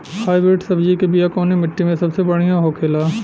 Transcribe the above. Hybrid सब्जी के बिया कवने मिट्टी में सबसे बढ़ियां होखे ला?